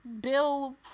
Bill